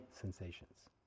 sensations